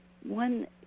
One